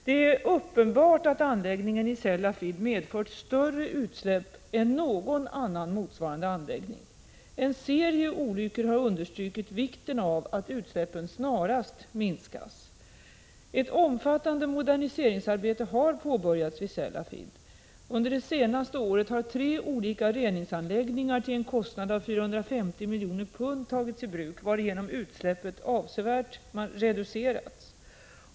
Det är uppenbart att anläggningen i Sellafield medfört större utsläpp än någon annan motsvarande anläggning. En serie olyckor har understrukit vikten av att utsläppen snarast minskas. Ett omfattande moderniseringsarbete har påbörjats vid Sellafield. Under det senaste året har tre olika reningsanläggningar till en kostnad av 450 miljoner pund tagits i bruk, varigenom utsläppen avsevärt reducerats.